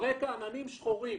ברקע עננים שחורים,